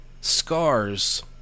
scars